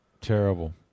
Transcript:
Terrible